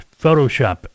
Photoshop